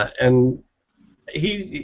and he's.